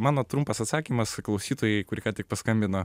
mano trumpas atsakymas klausytojai kuri ką tik paskambino